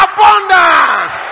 Abundance